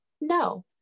No